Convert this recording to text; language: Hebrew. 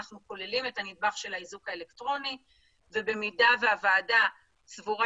אנחנו כוללים את הנדבך של האיזוק האלקטרוני ובמידה והוועדה סבורה